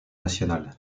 nationales